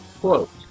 quote